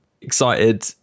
excited